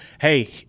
hey